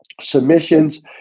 submissions